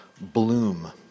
bloom